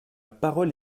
parole